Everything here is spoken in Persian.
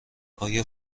آیا